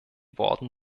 worden